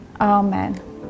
Amen